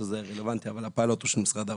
הפיילוט הוא של משרד העבודה.